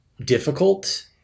Difficult